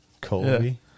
Colby